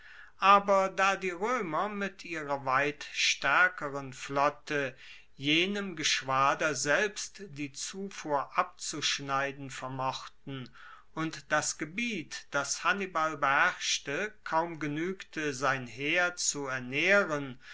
aber da die roemer mit ihrer weit staerkeren flotte jenem geschwader selbst die zufuhr abzuschneiden vermochten und das gebiet das hannibal beherrschte kaum genuegte sein heer zu ernaehren